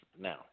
now